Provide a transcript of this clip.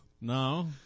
no